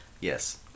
Yes